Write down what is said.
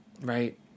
right